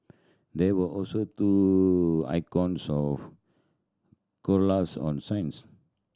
there were also two icons of koalas on signs